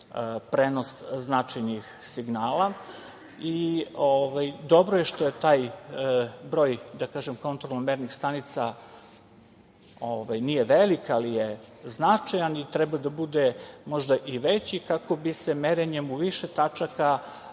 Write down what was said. prenos značajnih signala. Dobro je što taj broj, da kažem, kontrolno-mernih stanica nije velik, ali je značajan i treba da bude možda i veći, kako bi se merenjem u više tačaka